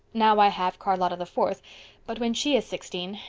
now i have charlotta the fourth but when she is sixteen.